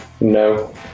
No